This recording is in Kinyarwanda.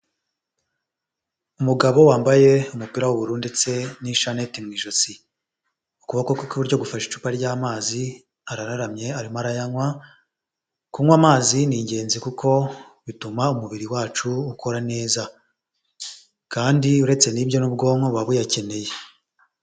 Umugabo wambaye umupira w'ubururu ndetse n'ishaneti mu ijosi, ukuboko kwe kw'iburyo gufashe icupa ry'amazi, arararamye arimo ayanywa, kunywa amazi ni ingenzi kuko bituma umubiri wacu ukora neza. Kandi uretse n'ibyo n'ubwonko buba buyakeneye.